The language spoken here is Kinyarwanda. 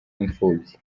imfubyi